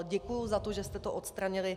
Děkuji za to, že jste to odstranili.